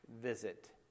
visit